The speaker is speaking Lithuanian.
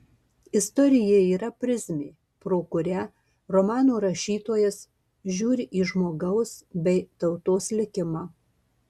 istorija yra prizmė pro kurią romano rašytojas žiūri į žmogaus bei tautos likimą